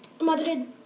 Madrid